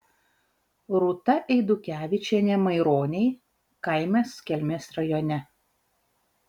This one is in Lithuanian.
rūta eidukevičienė maironiai kaimas kelmės rajone